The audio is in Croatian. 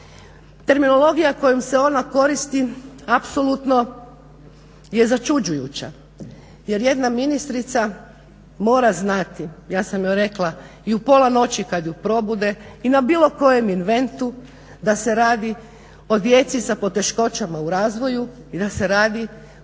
Terminologija kojom se ona koristi apsolutno je začuđujuća, jer jedna ministrica mora znati, ja sam joj rekla i u pola noći kad ju probude i na bilo kojem inventu da se radi o djeci sa poteškoćama u razvoju, da se radi